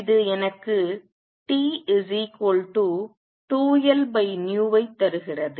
இது எனக்கு T2Lv ஐத் தருகிறது